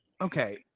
Okay